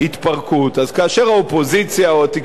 אז כאשר האופוזיציה או התקשורת קוראות